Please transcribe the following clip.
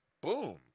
Boom